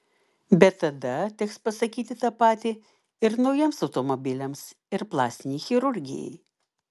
bet tada teks pasakyti tą patį ir naujiems automobiliams ir plastinei chirurgijai